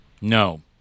No